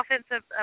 offensive